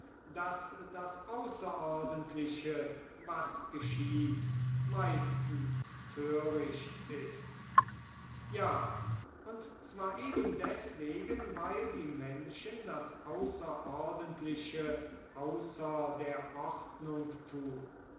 daß das außerordentliche was geschieht meistens töricht ist ja und zwar eben deswegen weil die menschen das außerordentliche außer der ordnung tun